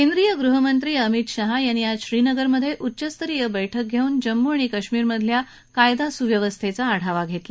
केंद्रीय गृहमंत्री अमित शहा यांनी आज श्रीनगरमधे उच्च स्तरीय बैठक घेऊन जम्मू आणि काश्मीरमधल्या कायदा स्व्यवस्थेचा आढावा घेतला